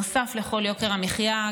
נוסף לכל יוקר המחיה,